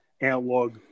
analog